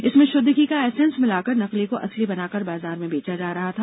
इसमें शुद्ध घी का एसेंस मिलाकर नकली को असली बनाकर बाजार में बेचा जा रहा था